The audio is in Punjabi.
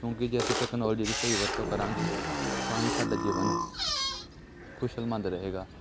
ਕਿਉਂਕਿ ਜੇ ਅਸੀਂ ਟੈਕਨੋਲੋਜੀ ਦੀ ਸਹੀ ਵਰਤੋਂ ਕਰਾਂਗੇ ਤਾਂ ਹੀ ਸਾਡਾ ਜੀਵਨ ਸ ਕੁਸ਼ਲਮੰਦ ਰਹੇਗਾ